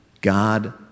God